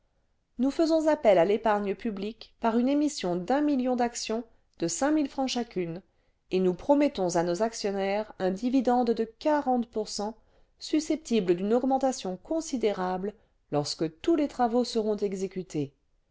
nous faisons appel à l'épargne publique par une émission d'un million d'actions de cinq mille francs chacune et nous promettons à nos actionnaires un dividende de pour susceptible d'une augmentation considérable lorsque tous les travaux seront exécutés